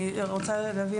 אני רוצה להבין.